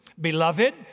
Beloved